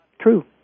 True